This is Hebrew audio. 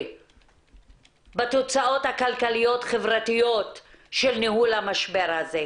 לגמרי בתוצאות הכלכליות חברתיות של ניהול המשבר הזה.